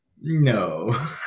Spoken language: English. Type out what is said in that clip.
no